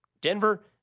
Denver